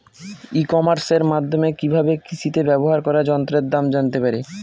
ই কমার্সের মাধ্যমে কি ভাবে কৃষিতে ব্যবহার করা যন্ত্রের দাম জানতে পারি?